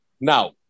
now